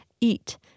eat